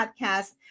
podcast